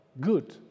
good